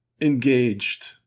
engaged